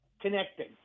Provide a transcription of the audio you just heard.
connecting